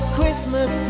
Christmas